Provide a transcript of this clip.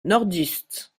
nordistes